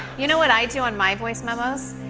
you know what i do on my voice memos?